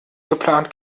geplant